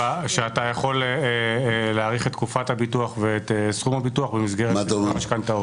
-- שאתה יכול להאריך את תקופת הביטוח ואת סכום הביטוח במסגרת משכנתאות.